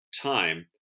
time